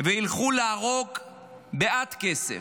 וילכו להרוג בעד כסף.